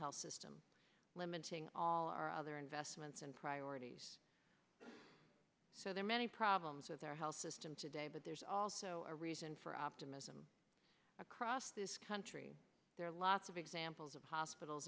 health system limiting all our other investments and priorities so there are many problems with our health system today but there's also a reason for optimism across this country there are lots of examples of hospitals